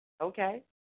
Okay